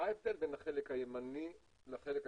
מה ההבדל בין החלק הימני לחלק השמאלי?